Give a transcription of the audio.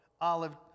Olive